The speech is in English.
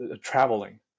traveling